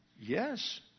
yes